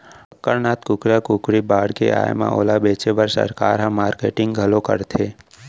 कड़कनाथ कुकरा कुकरी बाड़गे आए म ओला बेचे बर सरकार ह मारकेटिंग घलौ करथे